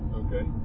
okay